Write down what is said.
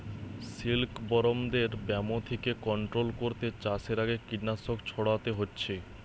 সিল্কবরমদের ব্যামো থিকে কন্ট্রোল কোরতে চাষের আগে কীটনাশক ছোড়াতে হচ্ছে